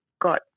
got